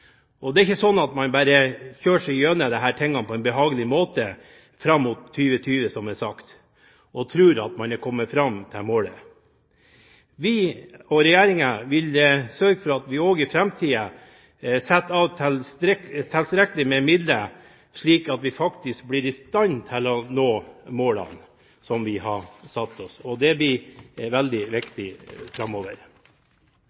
utfordringer. Det er ikke sånn at man bare kan surfe gjennom disse tingene på en behagelig måte fram mot 2020, som det er sagt, og tro at man har kommet fram til målet. Vi, og regjeringen, vil sørge for at vi også i framtiden setter av tilstrekkelig med midler, slik at vi faktisk blir i stand til å nå målene som vi har satt oss. Det blir veldig